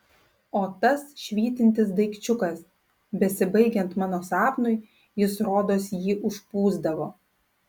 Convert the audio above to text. o tas švytintis daikčiukas besibaigiant mano sapnui jis rodos jį užpūsdavo